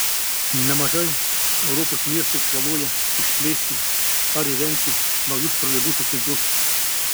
nemažai europos miestų planuoja išplėsti ar įrengti naujus troleibusų tinklus